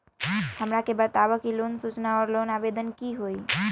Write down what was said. हमरा के बताव कि लोन सूचना और लोन आवेदन की होई?